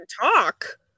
talk